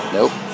Nope